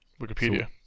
Wikipedia